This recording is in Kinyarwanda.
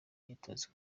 myitozo